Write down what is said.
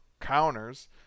counters